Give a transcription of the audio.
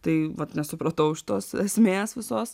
tai vat nesupratau iš tos esmės visos